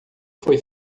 foi